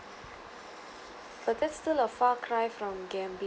but that's still a far cry from gambling